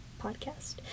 podcast